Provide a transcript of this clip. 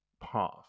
path